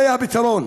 זה הפתרון.